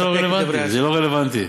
זה לא רלוונטי.